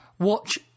Watch